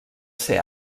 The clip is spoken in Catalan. ser